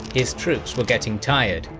his troops were getting tired,